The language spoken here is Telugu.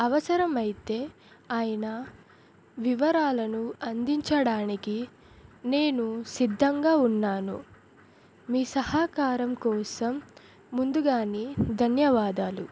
అవసరమైతే ఆయన వివరాలను అందించడానికి నేను సిద్ధంగా ఉన్నాను మీ సహకారం కోసం ముందుగానే ధన్యవాదాలు